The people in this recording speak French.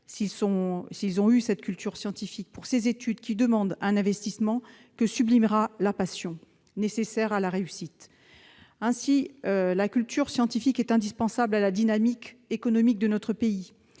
ayant reçu cette culture scientifique. Leurs études demanderont un investissement que sublimera la passion nécessaire à la réussite. Ainsi la culture scientifique est-elle indispensable à la dynamique économique de notre pays.